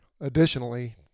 additionally